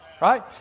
right